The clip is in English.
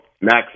max